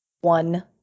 one